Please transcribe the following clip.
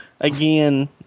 Again